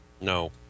No